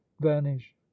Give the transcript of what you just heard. vanish